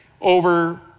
over